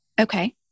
Okay